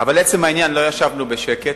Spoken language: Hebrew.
אבל לעצם העניין, לא ישבנו בשקט.